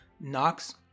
Knox